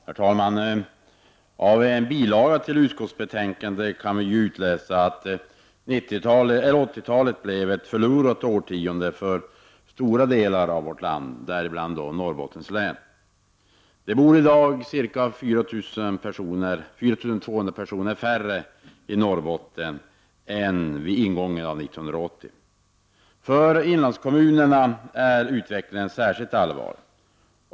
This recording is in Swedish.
Herr talman! I en bilaga till betänkandet kan man utläsa att 80-talet blev ett förlorat årtionde för stora delar av vårt land, däribland Norrbottens län. Antalet invånare i Norrbotten har minskat med 4 200 sedan ingången av 80-talet. För inlandskommunerna är utvecklingen särskilt allvarlig.